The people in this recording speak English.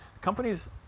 Companies